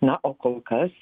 na o kol kas